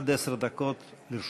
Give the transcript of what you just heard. עד עשר דקות לרשותך.